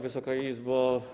Wysoka Izbo!